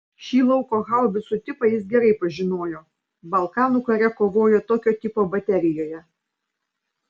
šį lauko haubicų tipą jis gerai pažinojo balkanų kare kovojo tokio tipo baterijoje